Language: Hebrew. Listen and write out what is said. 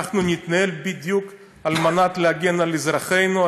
אנחנו נתנהל בדיוק על מנת להגן על אזרחינו,